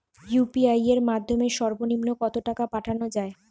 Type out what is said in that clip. UPI এর মাধ্যমে সর্ব নিম্ন কত টাকা পাঠানো য়ায়?